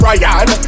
Ryan